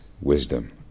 wisdom